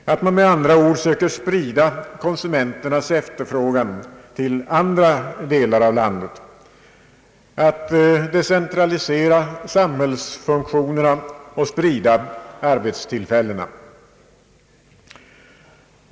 Man bör med andra ord söka sprida konsumenternas efterfrågan till andra delar av landet, decentralisera samhällsfunktionerna och sprida arbetstillfällena.